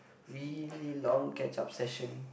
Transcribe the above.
really long catch up session